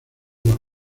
los